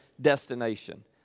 destination